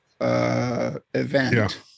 event